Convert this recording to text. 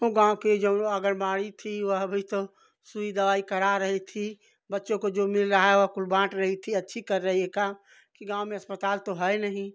वो गाँव कि जौन आंगनबाड़ी थी वह भी तो सुई दवाई करा रही थी बच्चों को जो मिल रहा है वो कुल बाँट रही थी अच्छी कर रही है काम कि गाँव में अस्पताल तो है नहीं